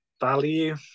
value